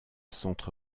centre